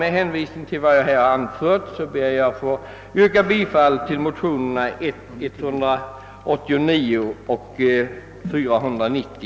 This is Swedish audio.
Med hänvisning till vad jag nu anfört ber jag att få yrka bifall till motionerna I: 389 och II: 490.